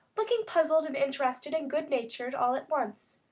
looking puzzled and interested and good-natured all at once.